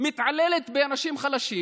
מתעללת באנשים חלשים